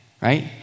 right